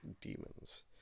demons